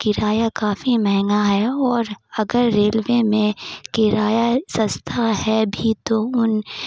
کرایہ کافی مہنگا ہے اور اگر ریلوے میں کرایہ سستا ہے بھی تو ان